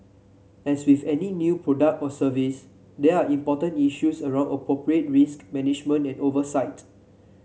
as with any new product or service there are important issues around appropriate risk management and oversight